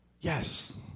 Yes